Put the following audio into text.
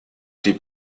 die